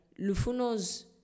Lufuno's